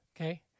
Okay